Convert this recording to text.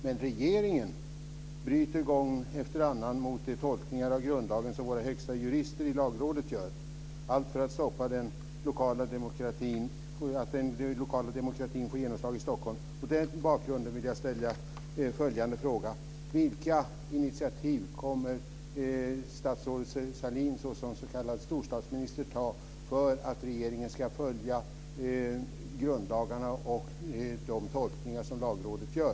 Men regeringen bryter gång efter annan mot de tolkningar av grundlagen som våra högsta jurister i Lagrådet gör, allt för att stoppa att den lokala demokratin får genomslag i Vilka initiativ kommer statsrådet Sahlin såsom s.k. storstadsminister att ta för att regeringen ska följa grundlagarna och de tolkningar som Lagrådet gör?